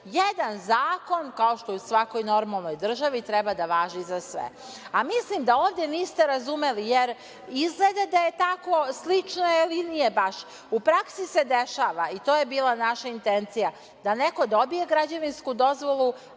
Jedan zakon, kao što je u svakoj normalnoj državi, treba da važi za sve. Mislim da ovde niste razumeli, jer izgleda da su slične linije. U praksi se dešava, to je bila naša intencija, da neko dobije građevinsku dozvolu,